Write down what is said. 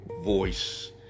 voice